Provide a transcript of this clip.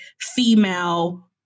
female